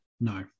No